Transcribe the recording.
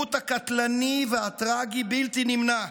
העימות הקטלני והטרגי בלתי נמנע",